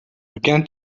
began